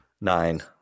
Nine